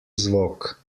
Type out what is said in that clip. zvok